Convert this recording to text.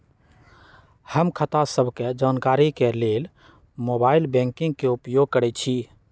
हम खता सभके जानकारी के लेल मोबाइल बैंकिंग के उपयोग करइछी